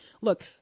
Look